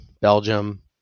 Belgium